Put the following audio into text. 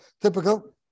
typical